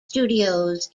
studios